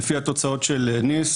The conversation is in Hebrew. לפי התוצאות של NIST,